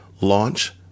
launch